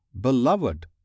beloved